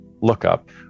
lookup